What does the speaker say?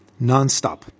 nonstop